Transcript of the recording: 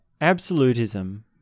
absolutism